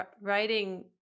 writing